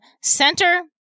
Center